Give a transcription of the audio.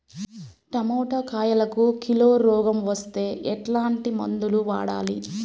Tomato కాయలకు kilo రోగం వస్తే ఎట్లాంటి మందులు వాడాలి?